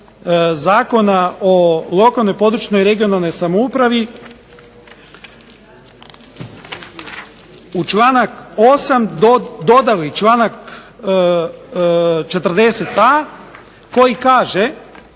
Zakona o lokalnoj i područnoj (regionalnoj) samoupravi u članak 8. dodali članak 40.a koji kaže